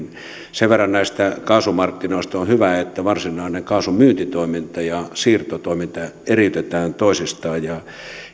sen verran näistä kaasumarkkinoista että on hyvä että varsinainen kaasun myyntitoiminta ja siirtotoiminta eriytetään toisistaan